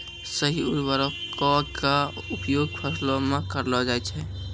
सही उर्वरको क उपयोग फसलो म करलो जाय छै